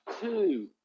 two